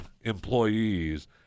employees